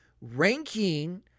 ranking